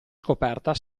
scoperta